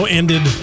ended